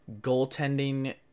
goaltending